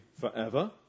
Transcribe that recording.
forever